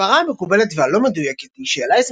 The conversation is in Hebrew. הסברה המקובלת והלא-מדויקת היא שאלייזה